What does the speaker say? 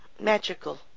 magical